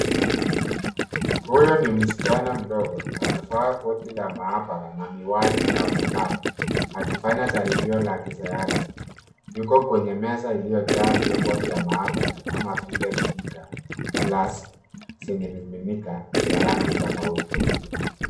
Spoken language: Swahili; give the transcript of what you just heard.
Huyu ni msichana mdogo amevaa koti la maabara na miwani ya usalama, akifanya jaribio la kisayansi. Yuko kwenye meza liyojaa vyombo vya maabara, kama vile cs]beaker , flask , zimiminika vya rangi tofauti.